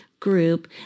group